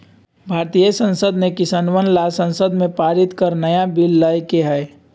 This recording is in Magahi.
भारतीय संसद ने किसनवन ला संसद में पारित कर नया बिल लय के है